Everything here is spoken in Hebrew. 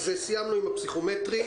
אז סיימנו עם הפסיכומטרי.